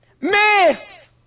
Miss